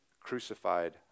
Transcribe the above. crucified